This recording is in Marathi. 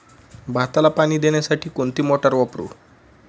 भाताला पाणी देण्यासाठी कोणती मोटार वापरू?